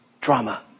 drama